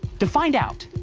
to find out,